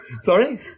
Sorry